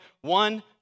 one